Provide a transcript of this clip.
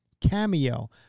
Cameo